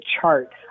chart